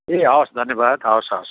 ए हवस् धन्यवाद हवस् हवस्